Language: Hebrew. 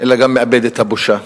אלא גם מאבדת את הבושה.